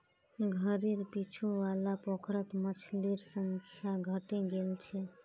घरेर पीछू वाला पोखरत मछलिर संख्या घटे गेल छ